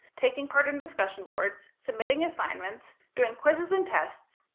taking part in discussion boards, submitting assignments, doing quizzes and tests,